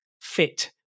fit